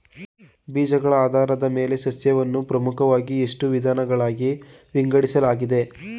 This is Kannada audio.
ಬೀಜಗಳ ಆಧಾರದ ಮೇಲೆ ಸಸ್ಯಗಳನ್ನು ಪ್ರಮುಖವಾಗಿ ಎಷ್ಟು ವಿಧಗಳಾಗಿ ವಿಂಗಡಿಸಲಾಗಿದೆ?